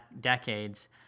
decades